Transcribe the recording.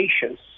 patience